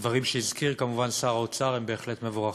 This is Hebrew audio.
דברים שהזכיר כמובן שר האוצר, הם בהחלט מבורכים.